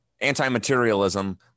anti-materialism